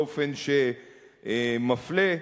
באופן שמפלה.